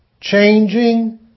changing